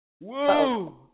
woo